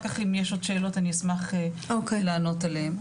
כך אם יש עוד שאלות אני אשמח לענות עליהם.